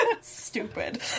Stupid